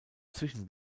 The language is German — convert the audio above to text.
zwischen